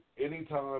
anytime